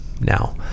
now